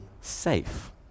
safe